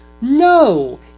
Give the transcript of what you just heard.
no